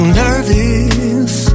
nervous